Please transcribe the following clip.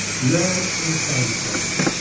learn from the sagebrush